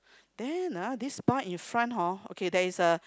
then uh this bar in front hor okay there is a